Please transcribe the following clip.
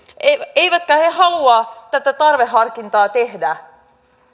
eivätkä he halua tätä tarveharkintaa tehdä